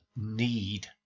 need